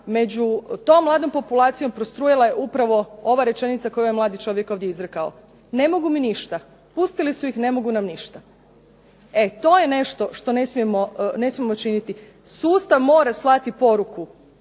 među tom mladom populacijom prostrujala je upravo ova rečenica koju je ovaj mladi čovjek ovdje izrekao: Ne mogu mi ništa. Pustili su ih, ne mogu nam ništa. E to je nešto što ne smijemo činiti. Sustav mora slati poruku